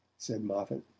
said moffatt.